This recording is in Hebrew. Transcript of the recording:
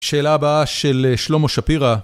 שאלה הבאה של שלמה שפירא.